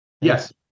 Yes